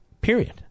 Period